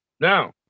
Now